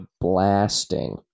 blasting